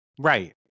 Right